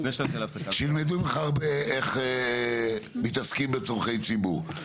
שילמדו ממך הרבה איך מתעסקים בצורכי ציבור.